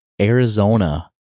Arizona